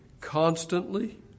constantly